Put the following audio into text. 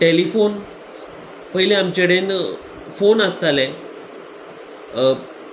telephone पयली आमचेडेन phone आसताले